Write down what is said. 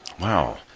Wow